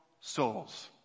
souls